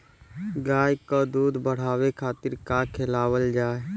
गाय क दूध बढ़ावे खातिन का खेलावल जाय?